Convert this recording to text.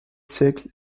siècle